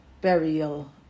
burial